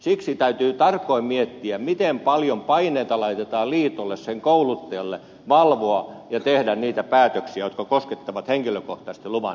siksi täytyy tarkoin miettiä miten paljon paineita laitetaan liitolle sen kouluttajille valvoa ja tehdä niitä päätöksiä jotka koskettavat henkilökohtaisen luvan saantia